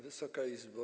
Wysoka Izbo!